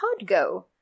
Podgo